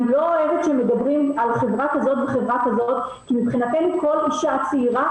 לא אוהבת שמדברים על חברה כזאת וחברה כזאת כי מבחינתנו כל אישה צעירה,